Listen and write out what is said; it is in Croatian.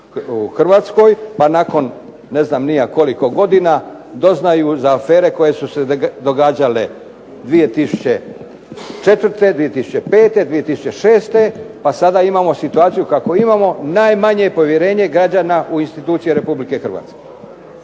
pa nakon ne znam koliko godina doznaju za afere koje su se događale 2004., 2005., 2006. pa sada imamo situaciju kakvu imamo, najmanje povjerenje građana u institucije RH. A onda ne